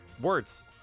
words